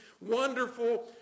wonderful